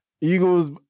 eagles